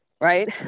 right